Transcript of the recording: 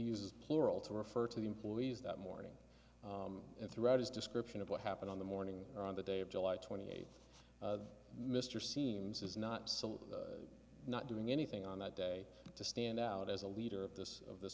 uses plural to refer to the employees that morning and throughout his description of what happened on the morning on the day of july twenty eighth the mr seems is not someone not doing anything on that day to stand out as a leader of this of this